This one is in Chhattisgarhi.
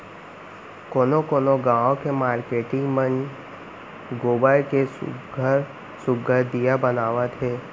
कोनो कोनो गाँव के मारकेटिंग मन गोबर के सुग्घर सुघ्घर दीया बनावत हे